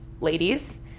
ladies